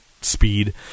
speed